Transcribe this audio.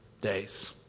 days